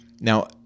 Now